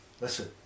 Listen